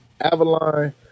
Avalon